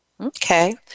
Okay